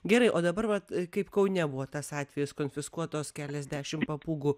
gerai o dabar vat kaip kaune buvo tas atvejis konfiskuotos keliasdešimt papūgų